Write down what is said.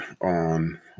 on